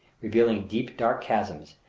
revealing deep, dark chasms,